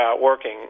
working